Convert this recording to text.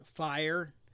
fire